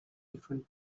different